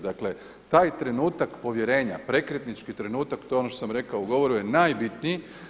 Dakle, taj trenutak povjerenja, prekretnički trenutak to je ono što sam rekao u govoru je najbitniji.